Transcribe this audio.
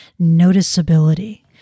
noticeability